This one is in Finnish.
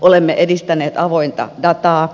olemme edistäneet avointa dataa